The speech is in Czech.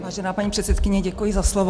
Vážená paní předsedkyně, děkuji za slovo.